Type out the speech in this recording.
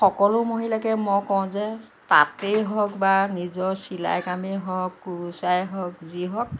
সকলো মহিলাকে মই কওঁ যে তাঁতেই হওঁক বা নিজৰ চিলাই কামেই হওঁক কুৰুচাই হওঁক যি হওঁক